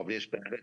הר"י ומשרד